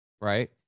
right